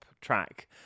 track